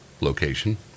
location